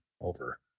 over